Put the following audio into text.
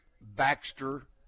Baxter